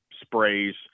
sprays